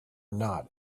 not